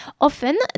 Often